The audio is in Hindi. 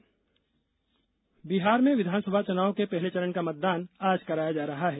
बिहार चुनाव बिहार में विधानसभा चुनाव के पहले चरण का मतदान आज कराया जा रहा है